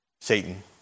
Satan